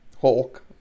hulk